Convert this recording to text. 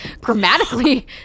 grammatically